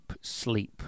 Sleep